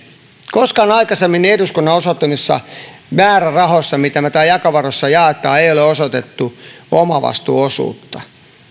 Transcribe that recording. koskaan aikaisemmin eduskunnan osoittamissa määrärahoissa mitä me täällä jakovaroista jaamme ei ole osoitettu omavastuuosuutta